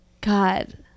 God